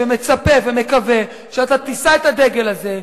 מצפה ומקווה שאתה תישא את הדגל הזה,